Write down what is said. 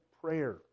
prayer